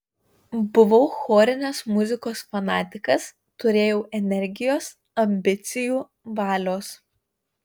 buvau chorinės muzikos fanatikas turėjau energijos ambicijų valios